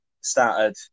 Started